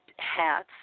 hats